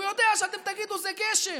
והוא יודע שאתם תגידו: זה גשם.